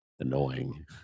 annoying